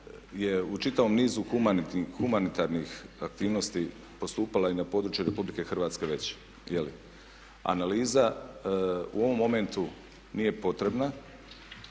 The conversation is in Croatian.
je u čitavom nizu humanitarnih aktivnosti postupala i na području Republike Hrvatske već. Analiza u ovom momentu nije potrebna.